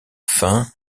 fin